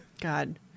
god